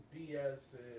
BS